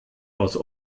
aus